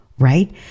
right